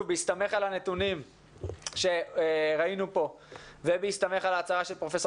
בהסתמך על הנתונים שראינו פה ובהסתמך על ההצעה של פרופ'